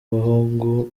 umuhungu